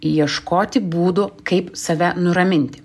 ieškoti būdų kaip save nuraminti